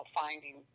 finding